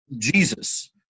Jesus